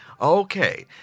Okay